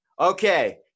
Okay